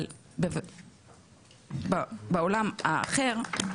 אבל בעולם האחר,